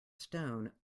stone